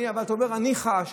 אתה אומר: אני חש,